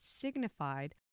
signified